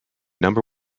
number